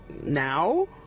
now